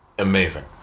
amazing